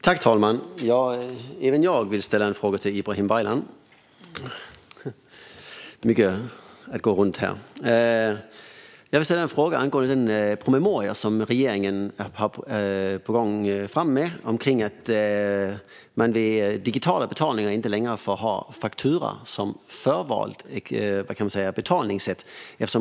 Herr talman! Även jag vill ställa en fråga till Ibrahim Baylan. Det gäller den promemoria som regeringen är på väg att komma fram med om att man vid digitala betalningar inte längre får ha faktura som förvalt betalningssätt.